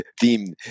theme